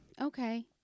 okay